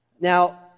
Now